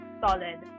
solid